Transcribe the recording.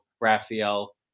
Raphael